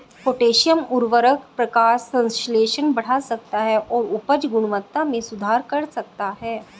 potassium उवर्रक प्रकाश संश्लेषण बढ़ा सकता है और उपज गुणवत्ता में सुधार कर सकता है